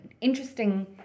interesting